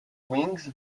wings